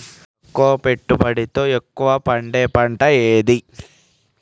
తక్కువ పెట్టుబడితో ఎక్కువగా పండే పంట ఏది?